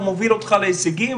הוא מביא אותך להישגים,